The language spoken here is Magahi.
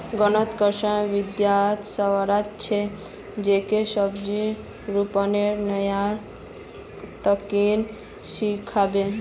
गांउत कृषि विशेषज्ञ वस्वार छ, जेको बीज रोपनेर नया तकनीक सिखाबे